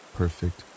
perfect